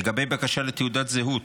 לגבי בקשה לתעודת זהות,